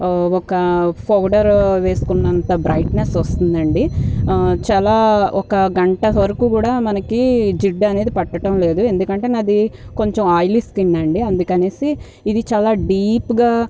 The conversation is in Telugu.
ఒక పౌడర్ వేసుకున్నంత బ్రైట్నెస్ వస్తుంది అండి చాలా ఒక గంట వరకు కూడా మనకి జిడ్డు అనేది పట్టటం లేదు ఎందుకంటే నాది కొంచెం ఆయిలీ స్కిన్ అండి అందుకనేసి ఇది చాలా డీప్గా